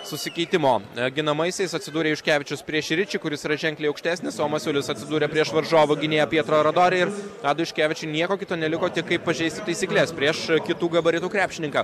susikeitimo ginamaisiais atsidūrė juškevičius prieš ričį kuris yra ženkliai aukštesnis o masiulis atsidūrė prieš varžovų gynėją pietro radorė ir adui juškevičiui nieko kito neliko tik kaip pažeisti taisykles prieš kitų gabaritų krepšininką